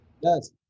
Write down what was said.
yes